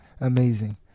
Amazing